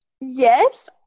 yes